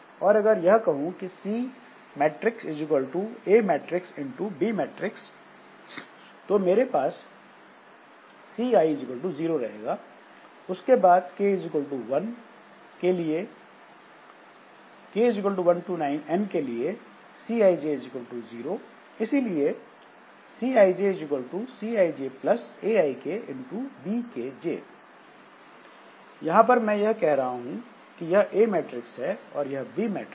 और अगर यह कहूं कि C matrix A matrix B matrix तो मेरे पास ci 0 रहेगा उसके बाद k 1 टू n के लिए cij0 इसलिए c i J c i J a i k b k j यहां पर मैं यह कर रहा हूं कि यह A मैट्रिक्स है और यह B मैट्रिक्स